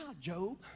Job